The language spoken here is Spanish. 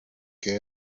que